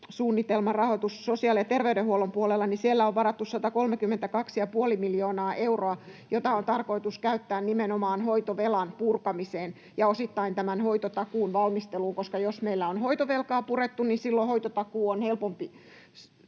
rahoituksessa sosiaali- ja terveydenhuollon puolelle on varattu 132,5 miljoonaa euroa, jota on tarkoitus käyttää nimenomaan hoitovelan purkamiseen ja osittain tämän hoitotakuun valmisteluun, koska jos meillä on hoitovelkaa purettu, niin silloin hoitotakuu on helpompi